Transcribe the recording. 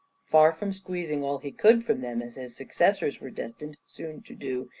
far from squeezing all he could from them, as his successors were destined soon to do,